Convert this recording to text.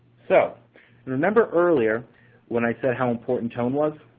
so and remember earlier when i said how important tone was?